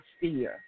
fear